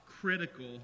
critical